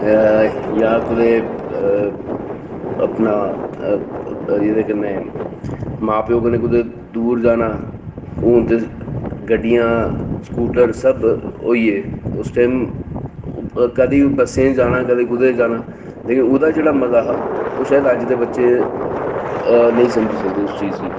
ते जां कुतै अपना जेह्दे कन्नै मां प्यो कन्नै कुतै दूर जाना हून ते गड्डियां स्कूटर सब होई गेदे उस टाइम कदें बस्सें पर जाना कदें किसे पर जाना लेकिन ओह्दा जेह्ड़ा मजा हा ओह् शायद अज्ज दे बच्चे नेईं समझी सकदे उस चीज गी